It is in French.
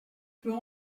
peut